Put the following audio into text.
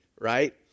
right